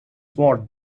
watt